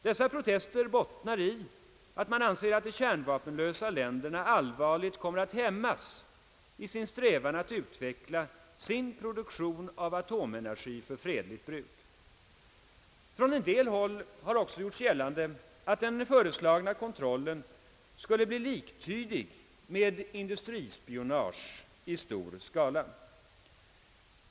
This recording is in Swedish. Dessa protester bottnar i att man anser att de kärnvapenlösa länderna allvarligt kommer att hämmas i sin strävan att utveckla sin produktion av atomenergi för fredligt bruk. Från en del håll har också gjorts gällande att den föreslagna kontrollen skulle bli liktydig med industrispionage i stor skala.